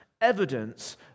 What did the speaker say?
evidence